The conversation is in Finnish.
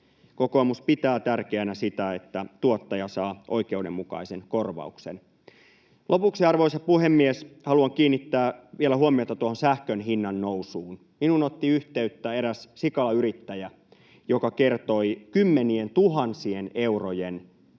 kokoomus pitää tärkeänä sitä, että tuottaja saa oikeudenmukaisen korvauksen. Lopuksi, arvoisa puhemies, haluan kiinnittää vielä huomiota tuohon sähkön hinnan nousuun. Minuun otti yhteyttä eräs sikalayrittäjä, joka kertoi kymmenientuhansien eurojen